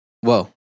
whoa